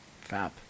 Fab